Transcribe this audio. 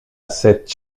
cette